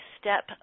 step